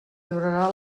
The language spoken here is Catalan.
durarà